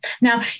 now